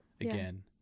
again